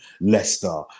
Leicester